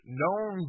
known